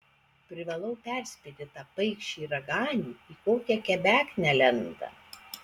privalau perspėti tą paikšį raganių į kokią kebeknę lenda